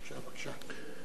בבקשה, בבקשה.